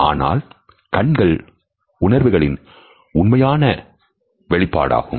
ஆனால் கண்கள் உணர்வுகளின் உண்மையை வெளிப்படுத்தும்